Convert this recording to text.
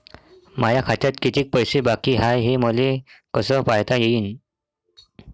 माया खात्यात कितीक पैसे बाकी हाय हे मले कस पायता येईन?